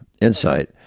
insight